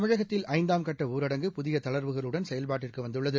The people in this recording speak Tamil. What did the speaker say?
தமிழகத்தில் ஐந்தாம் கட்டஊரடங்கு புதியதளா்வுகளுடன் செயல்பாட்டுக்குவந்துள்ளது